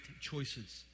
choices